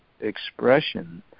expression